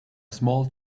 small